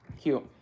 Cute